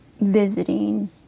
visiting